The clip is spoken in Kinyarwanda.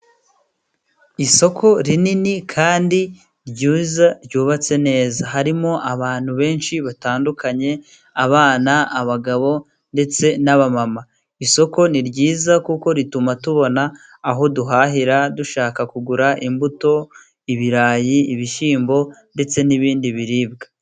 Isoko rinini kandi ryiza ryubatse neza harimo abantu benshi batandukanye: abana, abagabo, ndetse n'abama. Isoko ni ryiza kuko rituma tubona aho duhahira dushaka kugura imbuto, ibirayi, ibishyimbo, ndetse n'ibindi biribwa.